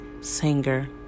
Singer